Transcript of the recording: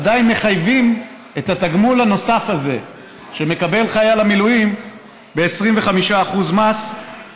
עדיין מחייב את התגמול הנוסף הזה שמקבל חייל המילואים ב-25% מס,